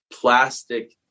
plastic